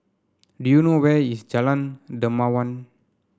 do you know where is Jalan Dermawan